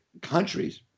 countries